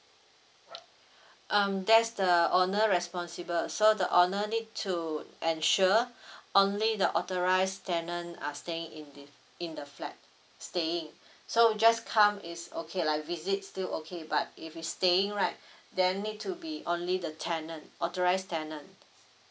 um that's the owner responsible so the owner need to ensure only the authorised tenant are staying in the in the flat staying so just come it's okay like visit still okay but if it's staying right then need to be only the tenant authorised tenant